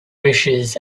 wishes